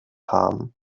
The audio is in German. haben